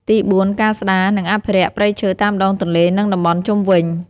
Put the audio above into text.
ទីបួន ការស្តារ និងអភិរក្សព្រៃឈើតាមដងទន្លេ និងតំបន់ជុំវិញ។